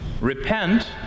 Repent